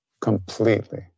completely